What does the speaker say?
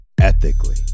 ethically